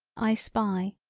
i spy.